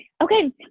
Okay